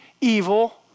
evil